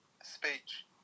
Speech